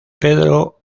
pedro